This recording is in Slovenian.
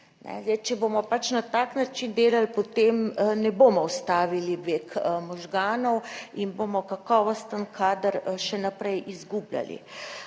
če bomo pač na tak način delali, potem ne bomo ustavili beg možganov in bomo kakovosten kader še naprej izgubljali.